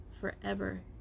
forever